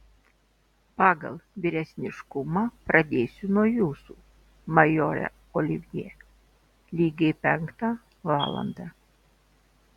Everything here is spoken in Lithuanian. pagal vyresniškumą pradėsiu nuo jūsų majore olivjė lygiai penktą valandą